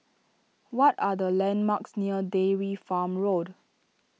what are the landmarks near Dairy Farm Road